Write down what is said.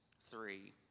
three